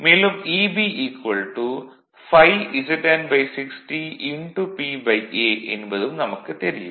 மேலும் Eb ∅Zn 60 P A என்பதும் நமக்குத் தெரியும்